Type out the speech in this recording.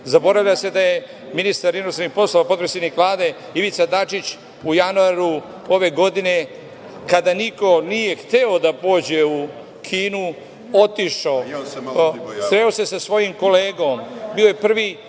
Zaboravlja se da je ministar inostranih poslova, potpredsednik Vlade Ivica Dačić, u januaru ove godine, kada niko nije hteo da pođe u Kinu, otišao, sreo se sa svojim kolegom. Bio je prvi